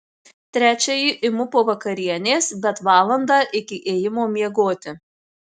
trečiąjį imu po vakarienės bet valandą iki ėjimo miegoti